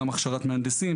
גם הכשרת מהנדסים,